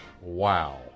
wow